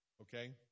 Okay